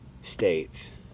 states